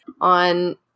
on